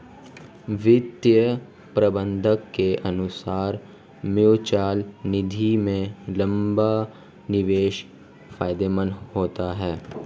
वित्तीय प्रबंधक के अनुसार म्यूचअल निधि में लंबा निवेश फायदेमंद होता है